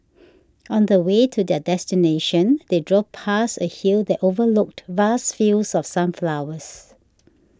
on the way to their destination they drove past a hill that overlooked vast fields of sunflowers